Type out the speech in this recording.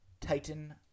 Titan